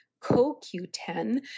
CoQ10